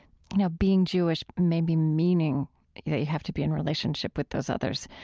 you know being jewish, maybe, meaning that you have to be in relationship with those others.